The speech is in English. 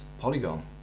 Polygon